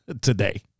today